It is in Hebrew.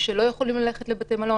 שלא יכולים ללכת לבתי מלון,